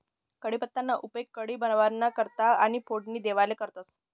कढीपत्ताना उपेग कढी बाबांना करता आणि फोडणी देवाले करतंस